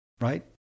right